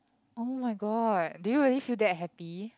oh-my-god do you really feel that happy